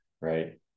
right